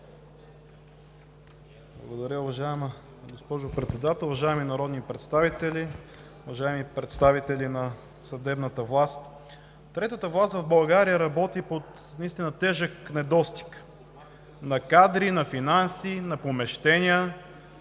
Благодаря, уважаема госпожо Председател. Уважаеми народни представители, уважаеми представители на съдебната власт! Третата власт в България наистина работи под тежък недостиг на кадри, на финанси, на помещения,